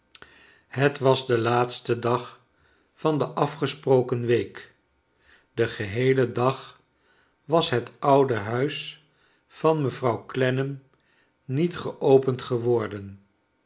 het was de laatste dag van de afgesproken week den geheelen dag was het oude huis van mevrouw clennam niet geopend geworden